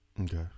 Okay